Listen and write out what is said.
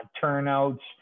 turnouts